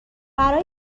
برای